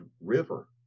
River